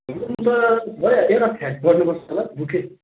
हुनु त भइहाल्यो एउटा फ्ल्याट गर्नुपर्छ होला बुकै